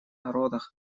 народах